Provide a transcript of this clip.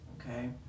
Okay